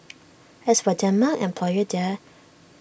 as for Denmark employer there